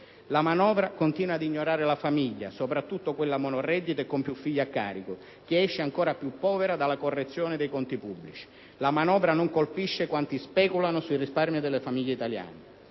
La manovra continua ad ignorare la famiglia, soprattutto quella monoreddito e con più figli a carico, che esce ancora più povera dalla correzione dei conti pubblici. La manovra inoltre non colpisce quanti speculano sui risparmi delle famiglie italiane.